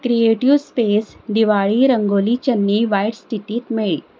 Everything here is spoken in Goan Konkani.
क्रिएटीव स्पेस दिवाळी रंगोली चन्नी वायट स्थितींत मेळ्ळी